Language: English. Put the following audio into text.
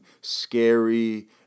scary